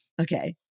okay